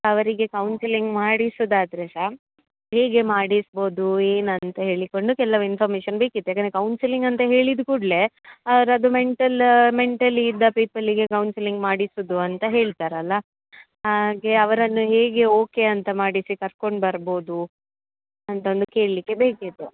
ಅವರಿಗೆ ಕೌನ್ಸಿಲಿಂಗ್ ಮಾಡಿಸೋದಾದ್ರೆ ಸಹ ಹೇಗೆ ಮಾಡಿಸ್ಬೋದು ಏನಂತ ಹೇಳಿಕೊಂಡು ಕೆಲವು ಇನ್ಫಾರ್ಮಶನ್ ಬೇಕಿತ್ತು ಏಕೆಂದ್ರೆ ಕೌನ್ಸಿಲಿಂಗ್ ಅಂತ ಹೇಳಿದ ಕೂಡಲೆ ಅವ್ರು ಅದು ಮೆಂಟಲ್ ಮೆಂಟಲಿ ಇದ್ದ ಪೀಪಲಿಗೆ ಕೌನ್ಸಿಲಿಂಗ್ ಮಾಡಿಸೋದು ಅಂತ ಹೇಳ್ತಾರಲ್ಲ ಹಾಗೆ ಅವರನ್ನು ಹೇಗೆ ಓಕೆ ಅಂತ ಮಾಡಿಸಿ ಕರ್ಕೊಂಡು ಬರ್ಬೋದು ಅಂತ ಒಂದು ಕೇಳಲಿಕ್ಕೆ ಬೇಕಿತ್ತು